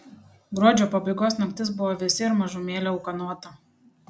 gruodžio pabaigos naktis buvo vėsi ir mažumėlę ūkanota